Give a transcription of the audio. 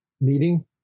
meeting